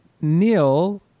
Neil